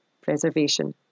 preservation